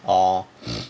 orh